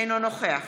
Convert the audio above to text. אינו נוכח